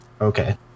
Okay